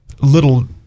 little